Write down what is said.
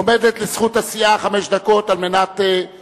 עומדות לזכות הסיעה חמש דקות להגיב.